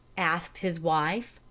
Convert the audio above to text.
asked his wife.